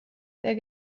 der